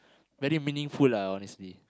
very meaningful ah honestly